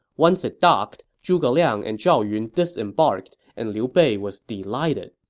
once it docked, zhuge liang and zhao yun disembarked, and liu bei was delighted.